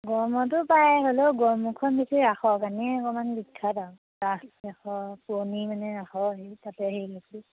গড়মূৰতো পায় হ'লেও গড়মূৰখন বেছি ৰাসৰ কাৰণেই অকণমান বিখ্যাত আৰু ৰাস পুৰণি মানে ৰাসৰ সেই তাতে সেই আছিল